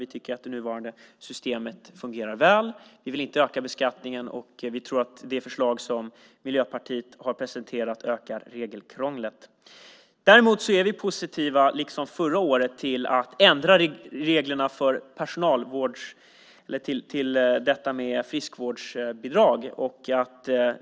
Vi tycker att det nuvarande systemet fungerar väl. Vi vill inte öka beskattningen. Dessutom tror vi att det förslag som Miljöpartiet har presenterat ökar regelkrånglet. Däremot är vi liksom förra året positiva till att ändra reglerna för friskvårdsbidrag.